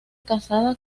casada